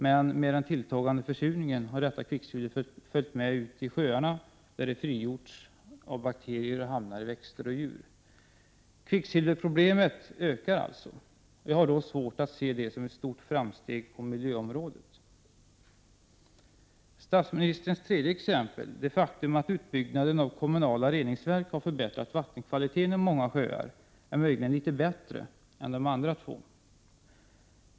Men med den tilltagande försurningen har detta kvicksilver följt med ut i sjöarna, där det frigjorts av bakterier och sedan hamnat i växter och djur. Kvicksilverproblemet ökar alltså. Jag har svårt att se det som ett stort framsteg på miljöområdet. Statsministerns tredje exempel, det faktum att utbyggnaden av kommunala reningsverk har förbättrat vattenkvaliteten i många sjöar, är möjligen litet bättre än de andra två.